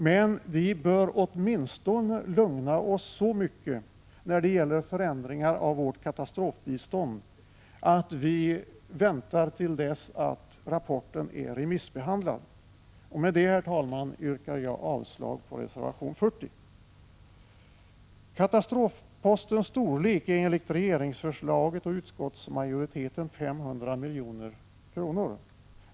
Men vi bör åtminstone lugna oss så mycket när det gäller förändringar i vårt katastrofbistånd att vi väntar till dess att rapporten är remissbehandlad. Jag anser därför att reservation 40 bör avslås. Katastrofpostens storlek är enligt regeringsförslaget och utskottsmajoriteten 500 milj.kr.